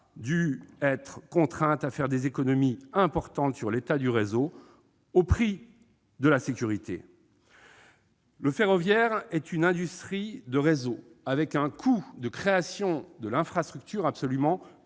a été contrainte de faire des économies importantes sur l'état du réseau, au prix de la sécurité. Le ferroviaire est une industrie de réseaux, avec un coût de création de l'infrastructure absolument